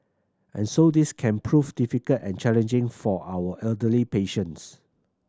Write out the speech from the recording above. and so this can prove difficult and challenging for our elderly patients